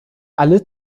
alle